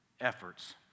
efforts